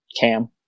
Cam